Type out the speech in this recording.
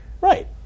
Right